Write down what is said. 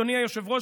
אדוני היושב-ראש,